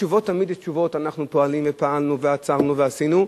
תמיד יש תשובות: אנחנו פועלים ופעלנו ועצרנו ועשינו.